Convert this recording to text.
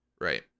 Right